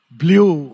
blue